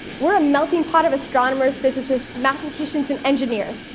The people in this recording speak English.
we're a melting pot of astronomers, physicists, mathematicians and engineers.